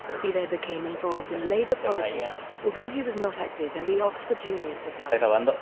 he there became involved in labour politics, although he was not active in the oxford union society.